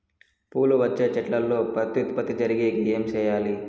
పూలు వచ్చే చెట్లల్లో ప్రత్యుత్పత్తి జరిగేకి ఏమి చేయాలి?